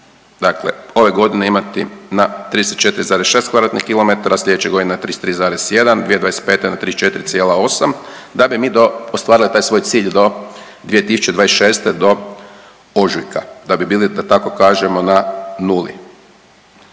ove godine imati na 34,6 km, sljedeće godine na 33,1, 2025. na 34,8 da bi mi ostvarili taj svoj cilj do 2026. do ožujka da bi bili da tako kažemo na nuli.